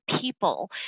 people